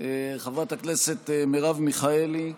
חברת הכנסת מרב מיכאלי.